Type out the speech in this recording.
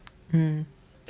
mm